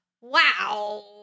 Wow